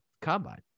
combine